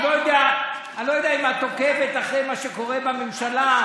אני לא יודע אם את עוקבת אחרי מה שקורה בממשלה,